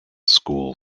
school